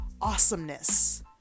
Awesomeness